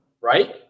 right